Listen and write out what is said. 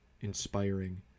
inspiring